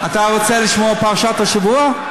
אתה רוצה לשמוע פרשת השבוע?